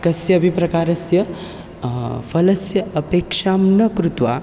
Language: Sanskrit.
कस्य अपि प्रकारस्य फलस्य अपेक्षां न कृत्वा